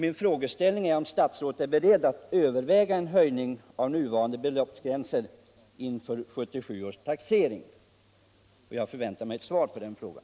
Min fråga är om statsrådet är beredd att överväga en höjning av nuvarande beloppsgränser inför 1977 års taxering. Jag förväntar mig ett svar på den frågan.